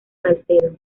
salcedo